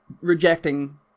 rejecting